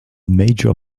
major